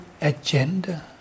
agenda